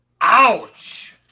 ouch